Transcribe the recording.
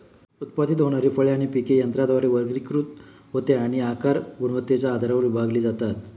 उत्पादित होणारी फळे आणि पिके यंत्राद्वारे वर्गीकृत होते आणि आकार आणि गुणवत्तेच्या आधारावर विभागली जातात